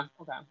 Okay